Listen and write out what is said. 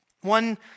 One